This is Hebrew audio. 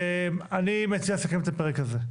אני מציע לסכם את הפרק הזה.